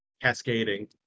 cascading